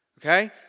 Okay